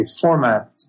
format